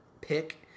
pick